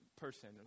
person